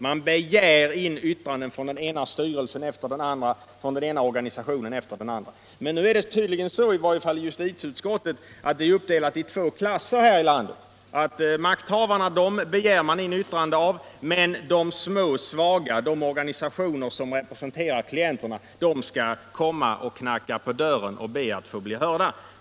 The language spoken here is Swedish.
Man begär in yttranden från den ena styrelsen efter den andra och från den ena or ganisationen cfter den andra. Det är tydligen så att i varje fall justitieutskottet gör en uppdelning i två klasser - makthavarna begär man in yttranden från, medan de små och svaga organisationerna som representerar klienterna skall komma och knacka på dörren och be att få bli hörda.